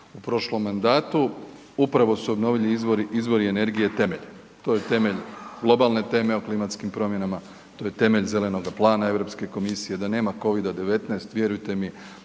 u prošlom mandatu, upravu su obnovljivi izore energije temelj, to je temeljem globalne teme o klimatskim promjenama, to je temelje zelenoga plana Europske komisije. Da nema COVID-a 19, vjerujte mi,